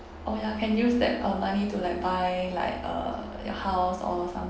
oh ya can use that uh money to like buy like uh your house or